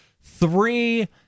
three